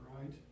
right